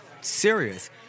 serious